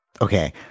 Okay